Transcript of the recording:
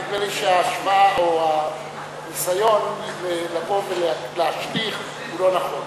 נדמה לי שההשוואה או הניסיון לבוא ולהשליך הוא לא נכון.